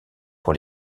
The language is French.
pour